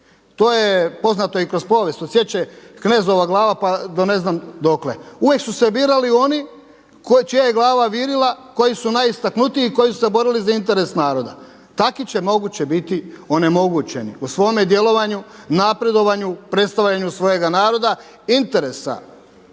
To je poznato i kroz povijest od sječe knezovih glava, pa ne znam dokle. Uvijek su se birali oni čija je glava virila, koji su najistaknutiji, koji su se borili za interes naroda. Tako će moguće biti onemogućeni u svome djelovanju, napredovanju, predstavljanju svojega naroda, interesa